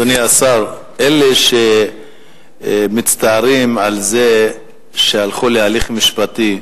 אדוני השר, אלה שמצטערים על זה שהלכו להליך משפטי,